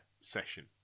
session